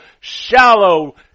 shallow